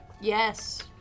Yes